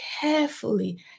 carefully